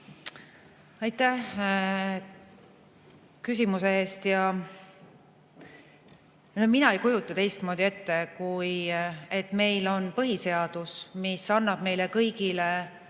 Aitäh küsimuse eest! Mina ei kujuta teistmoodi ette, sest meil on ka põhiseadus, mis annab meile kõigile